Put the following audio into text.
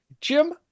Jim